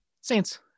Saints